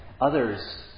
others